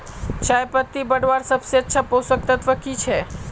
चयपत्ति बढ़वार सबसे पोषक तत्व की छे?